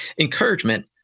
encouragement